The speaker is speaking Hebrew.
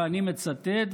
ואני מצטט,